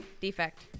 Defect